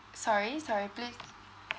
sorry sorry please